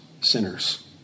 sinners